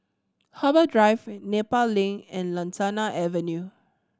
Harbour Drive Nepal Link and Lantana Avenue